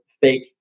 fake